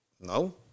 no